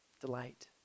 delight